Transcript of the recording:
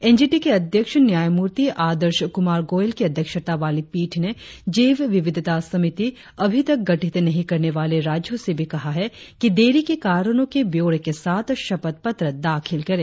NGT के अध्यक्ष न्यायमूर्ति आदर्श कुमार गोयल की अध्यक्षता वाली पीठ ने जैव विविधता समिति अभी तक गठित नहीं करने वाले राज्यों से भी कहा है कि देरी के कारणों के ब्यौरे के साथ शपथ पत्र दाखिल करे